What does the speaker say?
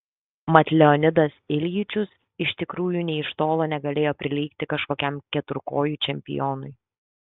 mat leonidas iljičius iš tikrųjų nė iš tolo negalėjo prilygti kažkokiam keturkojui čempionui